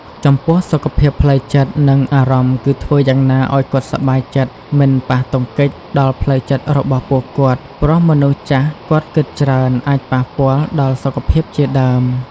ចំពោះសុខភាពផ្លូវចិត្ត និងអារម្មណ៍គឺធ្វើយ៉ាងណាឲ្យគាត់សប្បាយចិត្តមិនប៉ះទង្គិចដល់ផ្លូវចិត្តរបស់ពួកគាត់ព្រោះមនុស្សចាសគាត់គិតច្រើនអាចប៉ះពាល់ដល់សុខភាពជាដើម។